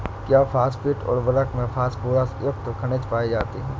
क्या फॉस्फेट उर्वरक में फास्फोरस युक्त खनिज पाए जाते हैं?